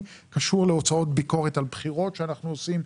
קשור להוצאות ביקורת על בחירות שאנחנו עושים.